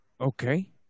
Okay